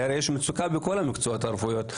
הרי יש מצוקה בכל המקצועות הרפואיים,